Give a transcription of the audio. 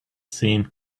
seemed